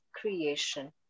creation